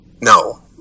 No